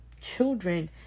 children